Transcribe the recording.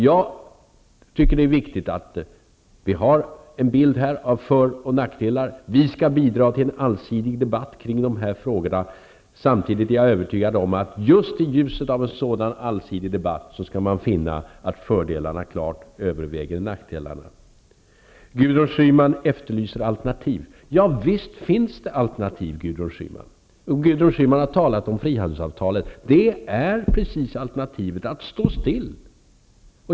Jag tycker att det är viktigt att vi har en bild av för och nackdelarna. Vi skall bidra till en allsidig debatt kring dessa frågor. Samtidigt är jag övertygad om att man just i ljuset av en sådan allsidig debatt skall finna att fördelarna klart överväger nackdelarna. Gudrun Schyman efterlyser alternativ. Ja visst finns det alternativ, Gudrun Schyman. Gudrun Schyman har talat om frihandelsavtalet. Precis det är alternativet; att stå still.